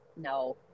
No